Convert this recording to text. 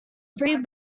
free